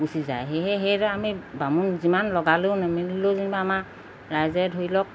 গুচি যায় সেয়েহে সেইটো আমি বামুণ যিমান লগালেও নেমেলিলেও যেনিবা আমাৰ ৰাইজে ধৰি লওক